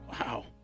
Wow